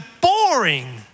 boring